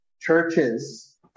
churches